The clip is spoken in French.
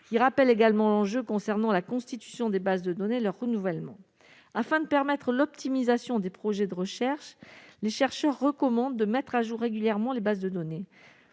qui rappelle également je concernant la constitution des bases de données, leur renouvellement, afin de permettre l'optimisation des projets de recherche, les chercheurs recommandent de mettre à jour régulièrement les bases de données